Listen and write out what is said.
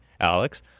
Alex